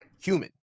human